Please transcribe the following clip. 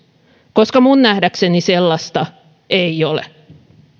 koska minun nähdäkseni sellaista ei ole